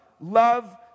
love